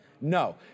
No